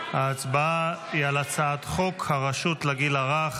ההצבעה היא על הצעת חוק הרשות לגיל הרך,